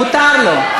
מותר לו.